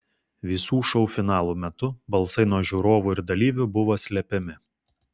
visų šou finalų metu balsai nuo žiūrovų ir dalyvių buvo slepiami